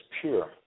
pure